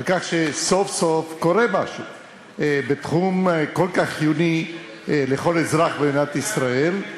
על כך שסוף-סוף קורה משהו בתחום כל כך חיוני לכל אזרח במדינת ישראל.